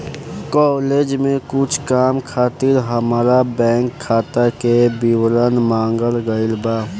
college में कुछ काम खातिर हामार बैंक खाता के विवरण मांगल गइल बा